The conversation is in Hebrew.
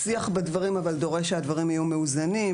שיח בדברים דורש שהדברים יהיו מאוזנים,